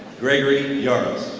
gregory yarrows.